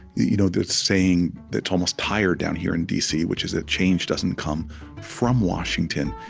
you know the saying that's almost tired, down here in d c, which is that change doesn't come from washington,